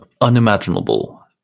unimaginable